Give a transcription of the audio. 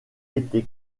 été